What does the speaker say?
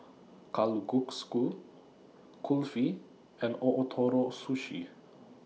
Kalguksu Kulfi and Ootoro Sushi